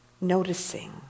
noticing